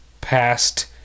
past